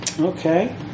Okay